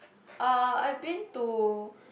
uh I've been to